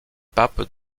papes